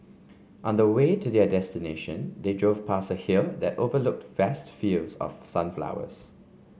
on the way to their destination they drove past a hill that overlooked vast fields of sunflowers